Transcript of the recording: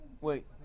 Wait